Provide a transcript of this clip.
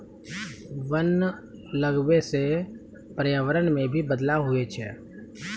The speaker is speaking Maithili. वन लगबै से पर्यावरण मे भी बदलाव हुवै छै